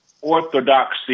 orthodoxy